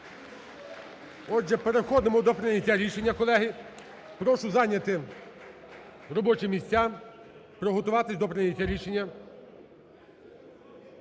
Отже, переходимо до прийняття рішення, колеги, прошу зайняти робочі місця, приготуватися до прийняття рішення.